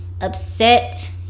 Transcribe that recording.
upset